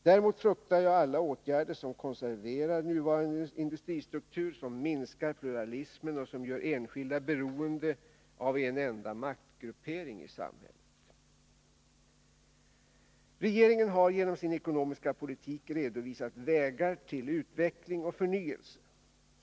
Däremot fruktar jag alla åtgärder som konserverar nuvarande industristruktur, som minskar pluralismen och som gör enskilda beroende av en enda maktgruppering. Regeringen har genom sin ekonomiska politik redovisat vägar till utveckling och förnyelse.